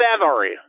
savory